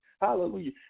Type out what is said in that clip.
Hallelujah